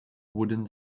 wooden